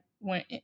went